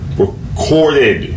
recorded